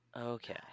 Okay